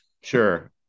Sure